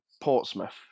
Portsmouth